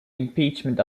impeachment